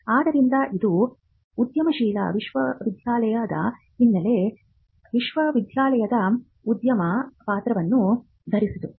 ಆದ್ದರಿಂದ ಇದು ಉದ್ಯಮಶೀಲ ವಿಶ್ವವಿದ್ಯಾಲಯದ ಹಿನ್ನೆಲೆ ವಿಶ್ವವಿದ್ಯಾಲಯದ ಉದ್ಯಮಿಯ ಪಾತ್ರವನ್ನು ಧರಿಸಿತು